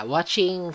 Watching